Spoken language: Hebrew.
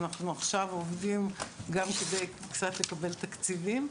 אנחנו עכשיו עובדים גם כדי קצת לקבל תקציבים,